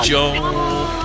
Joe